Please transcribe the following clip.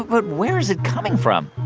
but where is it coming from?